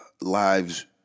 Lives